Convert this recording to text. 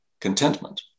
contentment